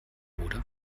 oder